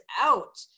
out